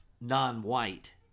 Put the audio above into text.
non-white